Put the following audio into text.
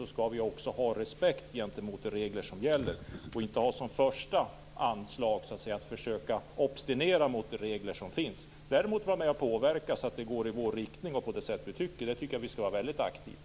Då tycker jag att vi skall ha respekt för de regler som gäller. Vi skall inte ha som första anslag att försöka obstinera mot de regler som finns. Däremot skall vi vara med och påverka så att det går i vår riktning och på det sätt som vi tycker. Där tycker jag att vi skall vara väldigt aktiva.